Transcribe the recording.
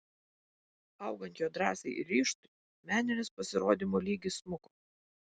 augant jo drąsai ir ryžtui meninis pasirodymo lygis smuko